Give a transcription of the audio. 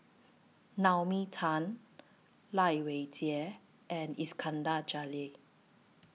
Naomi Tan Lai Weijie and Iskandar Jalil